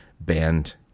band